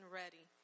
ready